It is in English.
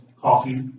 coffee